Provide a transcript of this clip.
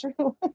true